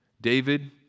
David